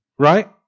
Right